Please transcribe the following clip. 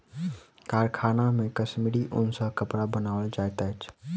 कारखाना मे कश्मीरी ऊन सॅ कपड़ा बनायल जाइत अछि